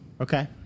Okay